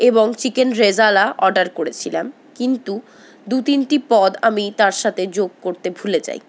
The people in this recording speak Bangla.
এবং চিকেন রেজালা অর্ডার করেছিলাম কিন্তু দু তিনটি পদ আমি তার সাথে যোগ করতে ভুলে যাই